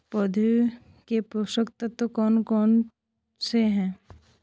पौधों के पोषक तत्व कौन कौन से हैं?